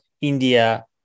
India